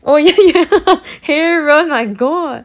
oh ya ya 黑人 my god